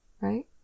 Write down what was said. Right